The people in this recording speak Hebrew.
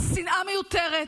השנאה מיותרת,